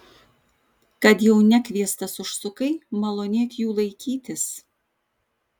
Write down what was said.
kad jau nekviestas užsukai malonėk jų laikytis